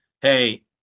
hey